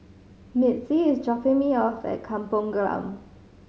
Mitzi is dropping me off at Kampong Glam